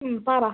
പറ